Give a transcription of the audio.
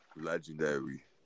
Legendary